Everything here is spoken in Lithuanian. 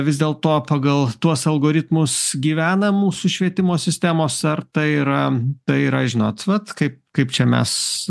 vis dėlto pagal tuos algoritmus gyvena mūsų švietimo sistemos ar tai yra tai yra žinot vat kaip kaip čia mes